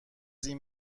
این